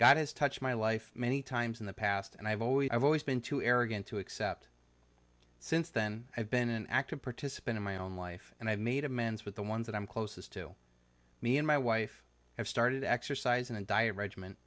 god has touched my life many times in the past and i've always i've always been too arrogant to accept since then i've been an active participant in my own life and i've made amends with the ones that i'm closest to me and my wife have started exercising a dire